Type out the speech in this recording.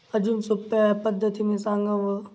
अजून सोप्या पद्धतीने सांगावं